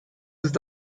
ist